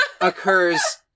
occurs